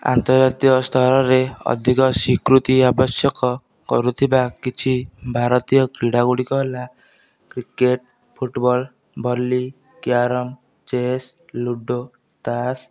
ଆନ୍ତର୍ଜାତିୟ ସ୍ତରରେ ଅଧିକ ସ୍ୱୀକୃତି ଆବଶ୍ୟକ କରୁଥିବା କିଛି ଭାରତୀୟ କ୍ରୀଡ଼ା ଗୁଡ଼ିକ ହେଲା cricket football volley carrom chess ludo ତାସ୍